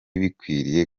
bikwiriye